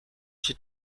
she